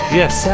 yes